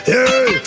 Hey